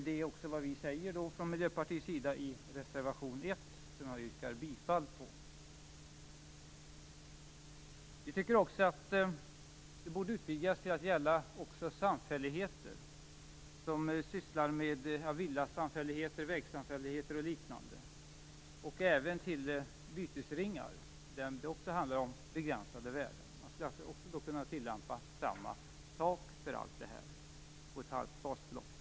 Det är vad Miljöpartiet föreslår i reservation 1, som jag yrkar bifall till. Detta borde utvidgas till att gälla villasamfälligheter, vägsamfälligheter och liknande och även till bytesringar, där det också rör sig om begränsade värden. Man skulle kunna tillämpa samma tak för detta, t.ex.